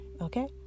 okay